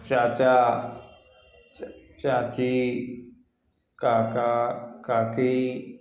चाचा चाची काका काकी